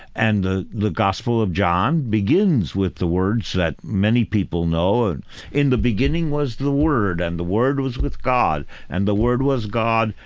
and the the gospel of john begins with the words that many people know and in the beginning was the word, and the word was with god and the word was god,